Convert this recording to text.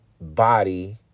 Body